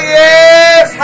yes